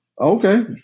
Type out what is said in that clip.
Okay